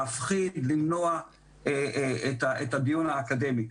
להפחיד ולמנוע את הדיון האקדמי.